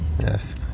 Yes